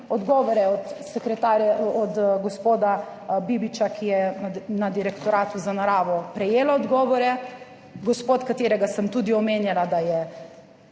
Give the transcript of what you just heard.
od gospoda Bibiča, ki je na Direktoratu za naravo prejela odgovore. Gospod, katerega sem tudi omenjala, da 20